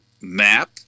Map